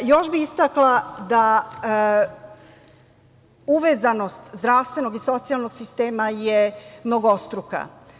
Još bih istakla da uvezanost zdravstvenog i socijalnog sistema je mnogostruka.